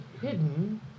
hidden